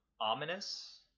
ominous